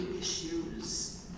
issues